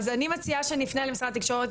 אז אני מציעה שנפנה למשרד התקשורת,